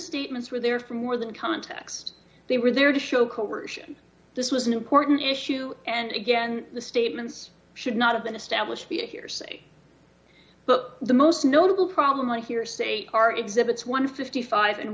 statements were there for more than context they were there to show coercion this was an important issue and again the statements should not have been established be a hearsay but the most notable problem i hear state are exhibits one hundred and fifty five and